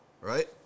right